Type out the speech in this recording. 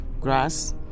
grass